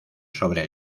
sobre